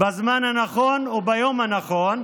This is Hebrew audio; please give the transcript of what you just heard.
בזמן הנכון וביום הנכון.